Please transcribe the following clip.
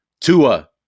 Tua